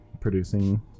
producing